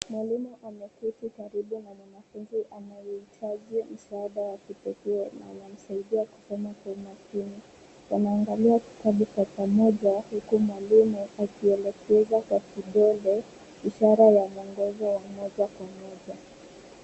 Mwalimu ameketi karibu na mwanafunzi anayehitaji msaada wa kipekee na anamsaidia kusoma kwa umakini. Wanaangalia kitabu kwa pamoja huku mwalimu akielekeza kwa kidole, ishara ya mwongozo wa moja kwa moja.